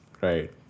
Right